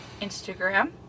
Instagram